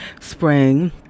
spring